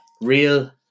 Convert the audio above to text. real